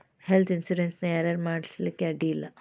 Health insurance ನ ಯಾರ್ ಯಾರ್ ಮಾಡ್ಸ್ಲಿಕ್ಕೆ ಅಡ್ಡಿ ಇಲ್ಲಾ?